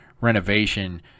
renovation